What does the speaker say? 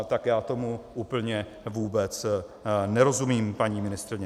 Tak já tomu úplně vůbec nerozumím, paní ministryně.